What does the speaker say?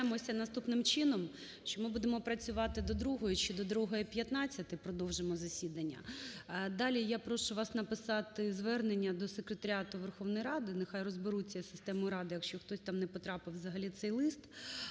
домовляємося наступним чином, що ми будемо працювати до 14-ї чи до 14:15 продовжимо засідання. Далі я прошу вас написати звернення до Секретаріату Верховної Ради, нехай розберуться із системою "Рада", якщо хтось там не потрапив взагалі в цей лист.